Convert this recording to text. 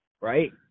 right